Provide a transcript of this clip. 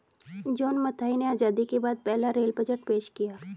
John Mathai ने आजादी के बाद पहला रेल बजट पेश किया